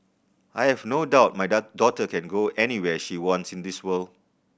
I have no doubt my daughter can go anywhere she wants in the world